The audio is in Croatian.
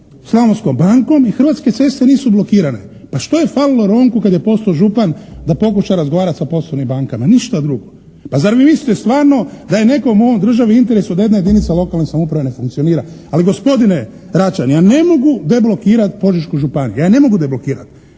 Slavonskom bankom i Hrvatske ceste nisu blokirane. Pa što je falilo Ronku kad je postao župan da pokuša razgovarati sa poslovnim bankama. Ništa drugo. Pa zar vi mislite stvarno da je nekom u ovoj državi u interesu da jedna jedinica lokalne samouprave ne funkcionira, ali gospodine Račan ja ne mogu deblokirati Požešku županiju, ja je ne mogu deblokirati.